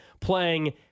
playing